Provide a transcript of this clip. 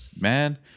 man